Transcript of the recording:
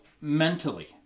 mentally